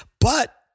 But-